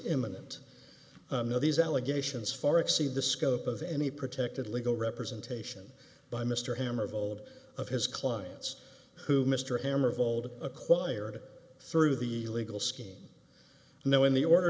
imminent these allegations far exceed the scope of any protected legal representation by mr hammer of old of his clients who mr hammer of old acquired through the legal scheme know in the order